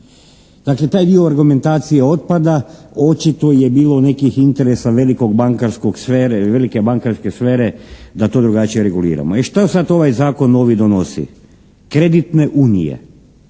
Dakle taj dio argumentacije otpada, očito je bilo nekih interesa velikog bankarskog sfere ili velike bankarske sfere da to drugačije reguliramo. I šta sada ovaj zakon novi donosi? Kreditne unije.